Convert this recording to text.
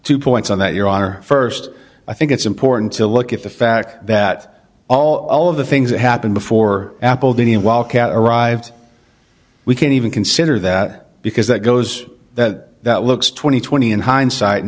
two points on that your honor first i think it's important to look at the fact that all of the things that happened before apple didn't walk out arrived we can't even consider that because that goes that that looks twenty twenty in hindsight in